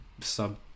sub